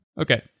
Okay